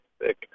thick